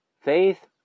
Faith